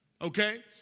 Okay